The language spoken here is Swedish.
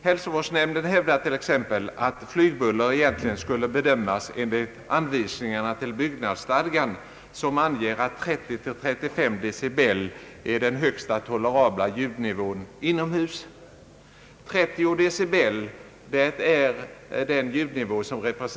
Hälsovårdsnämnden hävdar t.ex. att flygbuller egentligen skulle bedömas enligt anvisningarna till byggnadsstadgan, som anger att 30—35 decibel är den högsta tolerabla ljudnivån inomhus. 30 decibel är en visknings ljudnivå.